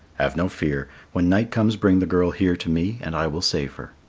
have no fear. when night comes bring the girl here to me and i will save her.